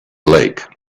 lake